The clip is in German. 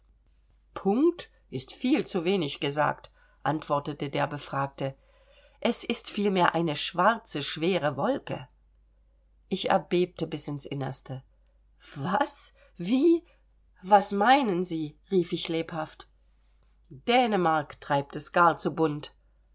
punkt ist viel zu wenig gesagt antwortete der befragte es ist vielmehr eine schwarze schwere wolke ich erbebte bis ins innerste was wie was meinen sie rief ich lebhaft dänemark treibt es gar zu bunt